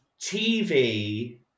tv